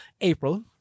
April